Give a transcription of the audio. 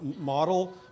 model